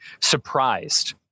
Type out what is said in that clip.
surprised